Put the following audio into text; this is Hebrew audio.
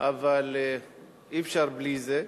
אבל אי-אפשר בלי זה.